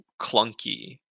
clunky